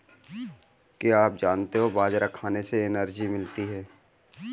क्या आपको पता है बाजरा खाने से एनर्जी मिलती है?